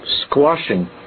squashing